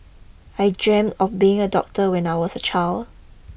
I dreamt of being a doctor when I was a child